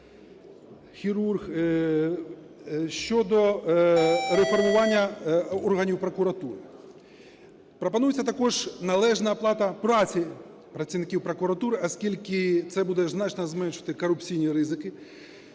"хірург" щодо реформування органів прокуратури. Пропонується також належна оплата праці працівників прокуратури, оскільки це буде значно зменшувати корупційні ризики